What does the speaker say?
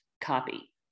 copy